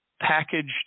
packaged